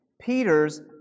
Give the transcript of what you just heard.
Peter's